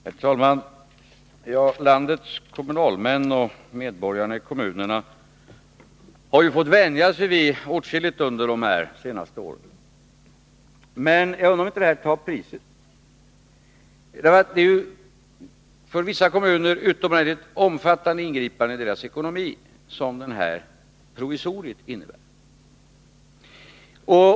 Herr talman! Landets kommunalmän och medborgarna i kommunerna har under de senaste åren fått vänja sig vid åtskilligt. Men jag undrar om inte det här tar priset. Det här provisoriet innebär utomordentligt omfattande ingrepp i vissa kommuners ekonomi.